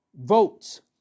votes